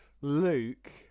Luke